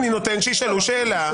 אני נותן שישאלו שאלה.